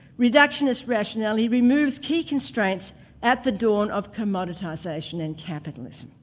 reductionist rationality removes key constraints at the dawn of commoditisation and capitalism.